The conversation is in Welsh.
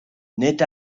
nid